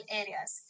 areas